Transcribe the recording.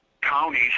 counties